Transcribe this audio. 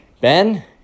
Ben